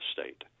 state